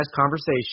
conversation